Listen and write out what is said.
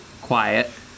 quiet